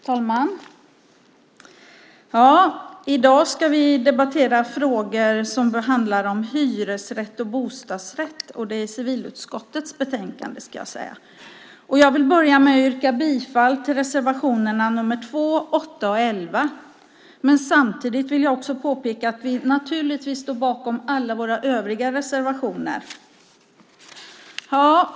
Herr talman! I dag ska vi debattera civilutskottets betänkande rörande frågor om hyresrätt och bostadsrätt. Jag vill börja med att yrka bifall till reservationerna nr 2, 8 och 11, men samtidigt vill jag också påpeka att vi naturligtvis står bakom alla våra övriga reservationer.